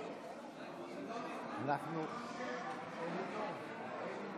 נא לעבור להצבעה.